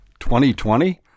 2020